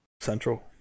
Central